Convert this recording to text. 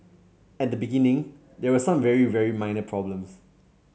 at the beginning there were some very very minor problems